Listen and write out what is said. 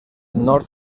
nord